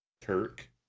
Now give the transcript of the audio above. Turk